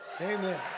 Amen